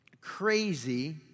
crazy